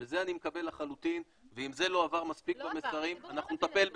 את זה אני מקבל לחלוטין ואם זה לא עבר מספיק במסרים אנחנו נטפל בזה.